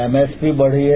MMP बढ़ी है